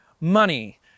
money